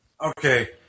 Okay